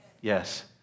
Yes